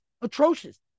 atrocious